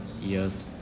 years